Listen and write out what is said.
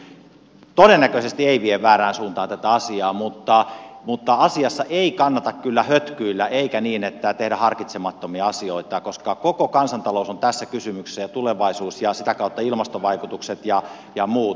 tämä todennäköisesti ei vie väärään suuntaan tätä asiaa mutta asiassa ei kannata kyllä hötkyillä eikä tehdä harkitsemattomia asioita koska koko kansantalous on tässä kysymyksessä ja tulevaisuus ja sitä kautta ilmastovaikutukset ja muut